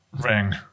Ring